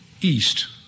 east